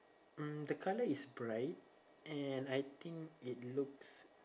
mm the colour is bright and I think it looks